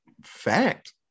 fact